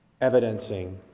evidencing